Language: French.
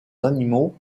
animaux